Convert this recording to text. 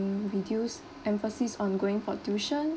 mm reduce emphasis on going for tuition